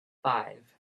five